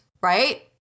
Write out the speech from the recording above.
right